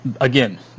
again